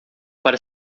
para